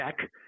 check